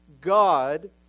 God